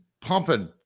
pumping